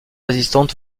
résistante